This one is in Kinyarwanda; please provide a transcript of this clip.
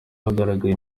hagaragaye